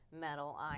metal